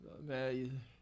Man